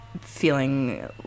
feeling